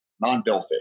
non-billfish